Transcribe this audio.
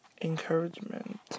encouragement